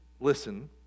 listen